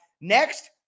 Next